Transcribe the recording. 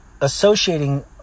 associating